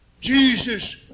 Jesus